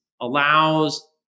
allows